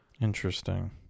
Interesting